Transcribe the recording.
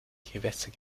gewässer